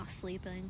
sleeping